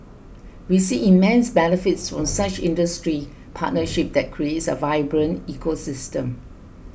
we see immense benefits from such industry partnership that creates a vibrant ecosystem